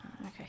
Okay